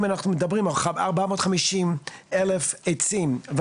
אם אנחנו מדברים על 450 אלף עצים,